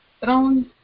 thrown